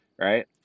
right